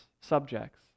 subjects